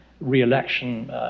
re-election